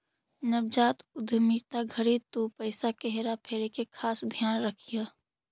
नवजात उद्यमिता घड़ी तु पईसा के हेरा फेरी के खास ध्यान रखीह